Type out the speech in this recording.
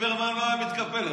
ליברמן לא היה מתקפל.